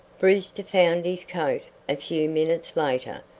brewster found his coat a few minutes later,